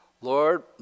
Lord